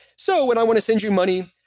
so when i want to send you money,